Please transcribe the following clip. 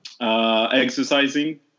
Exercising